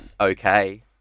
okay